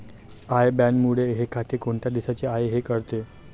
I बॅनमुळे हे खाते कोणत्या देशाचे आहे हे कळते